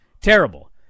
Terrible